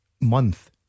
Month